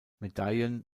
medaillen